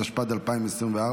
התשפ"ד 2024,